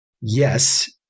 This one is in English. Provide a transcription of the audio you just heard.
yes